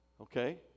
Okay